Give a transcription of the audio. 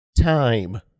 time